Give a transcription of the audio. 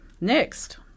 next